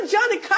Johnny